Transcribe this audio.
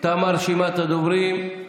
תמה רשימת הדוברים.